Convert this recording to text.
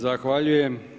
Zahvaljujem.